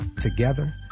Together